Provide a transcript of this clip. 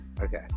okay